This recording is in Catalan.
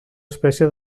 espècie